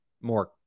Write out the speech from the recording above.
more